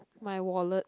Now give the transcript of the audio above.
my wallet